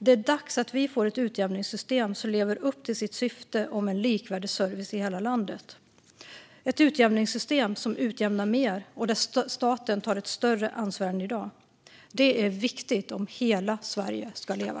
Det är dags att vi får ett utjämningssystem som lever upp till sitt syfte om likvärdig service i hela landet, ett utjämningssystem som utjämnar mer och där staten tar ett större ansvar än i dag. Det är viktigt om hela Sverige ska leva.